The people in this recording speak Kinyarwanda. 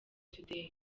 today